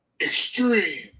Extreme